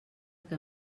que